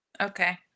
okay